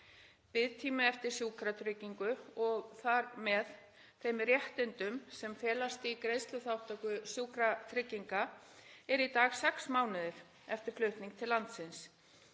Biðtími eftir sjúkratryggingu og þar með þeim réttindum sem felast í greiðsluþátttöku sjúkratrygginga er í dag sex mánuðir eftir flutning til landsins